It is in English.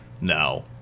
No